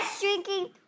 drinking